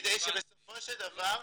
כדי שבסופו של דבר-